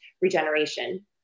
regeneration